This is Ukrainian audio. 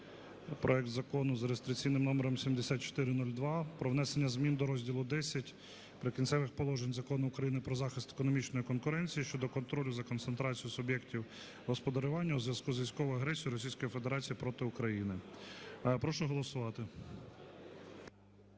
проект Закону (за реєстраційним номером 7402) про внесення змін до розділу X "Прикінцеві положення" Закону України "Про захист економічної конкуренції" (щодо контролю за концентрацією суб’єктів господарювання у зв'язку з військовою агресією Російської Федерації проти України). Прошу голосувати.